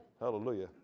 Hallelujah